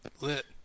Lit